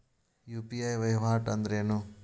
UPI ವಹಿವಾಟ್ ಅಂದ್ರೇನು?